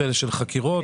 שכן.